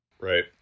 Right